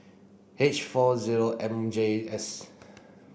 H four zero M J S